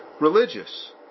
religious